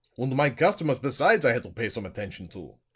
und my customers besides i had to pay some attention to,